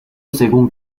según